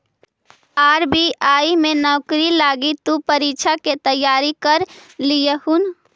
RBI में नौकरी लागी तु परीक्षा के तैयारी कर लियहून